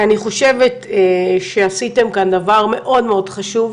אני חושבת שעשיתם כאן דבר מאוד מאוד חשוב,